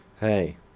Hey